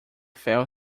fail